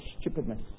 stupidness